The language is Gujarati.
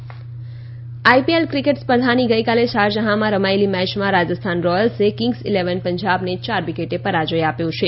આઈપીએલ આઈપીએલ ક્રિકેટ સ્પર્ધાની ગઈકાલે શારજહામાં રમાયેલી મેયમાં રાજસ્થાન રોયલ્સે કિંગ્સ ઈલેવન પંજાબને ચાર વિકેટે પરાજય આપ્યો છે